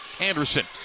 Anderson